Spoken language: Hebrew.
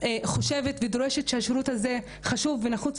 חושבת שהשירות הזה חשוב ונחוץ,